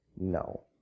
No